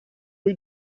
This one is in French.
rue